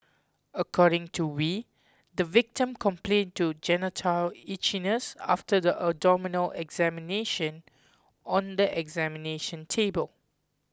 according to Wee the victim complained to genital itchiness after the abdominal examination on the examination table